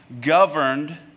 governed